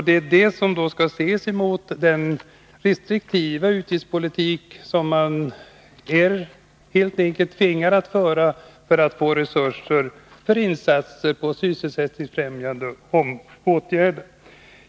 Detta skall ses mot bakgrund av den restriktiva utgiftspolitik som man helt enkelt är tvingad att föra för att få resurser till insatser för sysselsättningsfrämjande åtgärder.